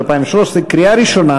אושרה בשלוש קריאות.